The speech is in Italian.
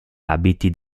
abiti